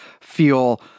feel